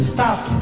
Stop